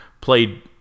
played